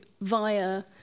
via